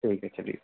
ٹھیک ہے چلیے